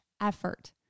effort